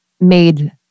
made